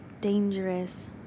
Dangerous